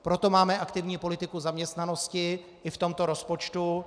Proto máme aktivní politiku zaměstnanosti i v tomto rozpočtu.